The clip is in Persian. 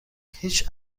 هیچ